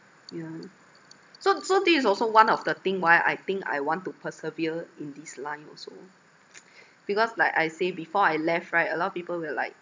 yeah so so this is also one of the thing why I think I want to persevere in this line also because like I say before I left right a lot of people will like